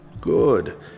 Good